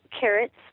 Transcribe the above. carrots